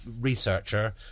researcher